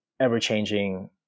ever-changing